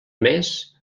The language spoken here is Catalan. més